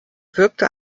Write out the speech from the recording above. wirkte